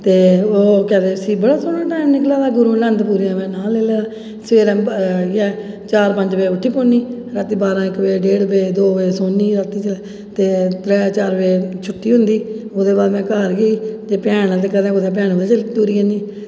ते ओह् केह् आक्खदे उस्सी बड़ा सौह्ना टैम निकला दा गुरु नंद पुरियें दा नांऽ लेई ले दा ते सवेरे इ'यै चार पंज बजे उट्ठी पौन्नी रातीं बारां साढ़े बारां बजे इक्क दो बजे सौन्नी रातीं दे ते त्रै चार बजे छुट्टी होंदी ओह्दे बाद में घर गेई ते भैन दे कदें कुदै भैनें दे टूरी पौन्नी